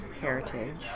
heritage